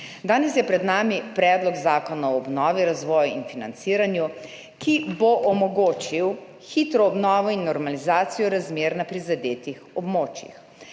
Danes je pred nami Predlog zakona o obnovi, razvoju in financiranju, ki bo omogočil hitro obnovo in normalizacijo razmer na prizadetih območjih.